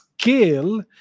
Scale